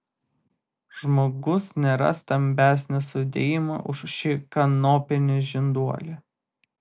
žmogus nėra stambesnio sudėjimo už šį kanopinį žinduolį